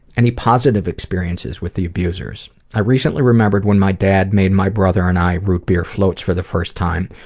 any positive experiences with the abusers? i recently remembered when my dad made my brother and i root beer floats for the first time,